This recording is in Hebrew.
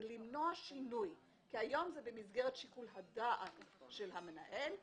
היא כדי למנוע שינוי כי היום זה במסגרת שיקול הדעת של המנהל.